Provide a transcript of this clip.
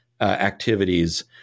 activities